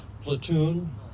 Platoon